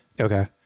Okay